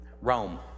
Rome